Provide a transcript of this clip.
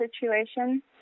situation